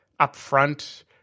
upfront